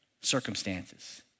circumstances